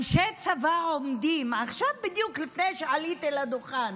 אנשי צבא עומדים, עכשיו בדיוק, לפני שעליתי לדוכן,